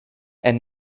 and